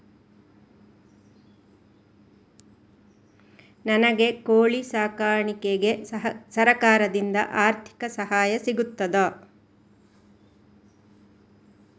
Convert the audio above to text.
ನನಗೆ ಕೋಳಿ ಸಾಕಾಣಿಕೆಗೆ ಸರಕಾರದಿಂದ ಆರ್ಥಿಕ ಸಹಾಯ ಸಿಗುತ್ತದಾ?